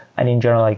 and in general, like